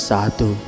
Satu